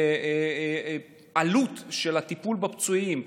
עלות הטיפול בפצועים,